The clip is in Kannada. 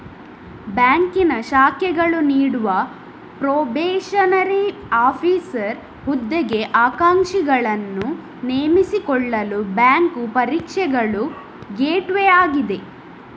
ಬ್ಯಾಂಕಿನ ಶಾಖೆಗಳು ನೀಡುವ ಪ್ರೊಬೇಷನರಿ ಆಫೀಸರ್ ಹುದ್ದೆಗೆ ಆಕಾಂಕ್ಷಿಗಳನ್ನು ನೇಮಿಸಿಕೊಳ್ಳಲು ಬ್ಯಾಂಕು ಪರೀಕ್ಷೆಗಳು ಗೇಟ್ವೇ ಆಗಿದೆ